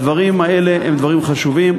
הדברים האלה הם דברים חשובים,